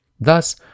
thus